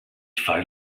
five